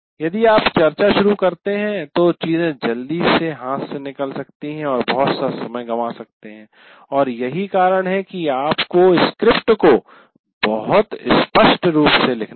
यदि आप चर्चा शुरू करते हैं तो चीजें जल्दी से हाथ से निकल सकती हैं और बहुत सा समय गँवा सकते है और यही कारण है कि आपको स्क्रिप्ट को बहुत स्पष्ट रूप से लिखना है